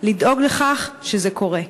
לדאוג לכך שזה קורה.